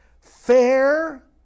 fair